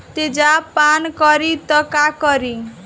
तेजाब पान करी त का करी?